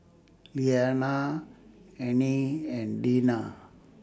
Liana Anie and Deena